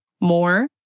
more